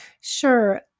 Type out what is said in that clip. sure